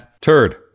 Turd